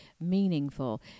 meaningful